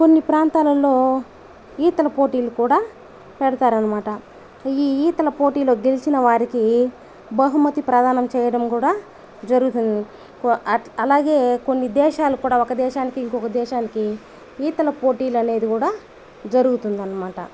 కొన్ని ప్రాంతాలలో ఈతల పోటీలు కూడా పెడతారనమాట ఈ ఈతల పోటీలో గెలిచిన వారికి బహుమతి ప్రధానం చేయడం కూడా జరుగుతుంది అలాగే కొన్ని దేశాలు కూడా ఒక దేశానికి ఇంకొక దేశానికి ఈతల పోటీలు అనేది కూడా జరుగుతుందనమాట